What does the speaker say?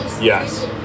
Yes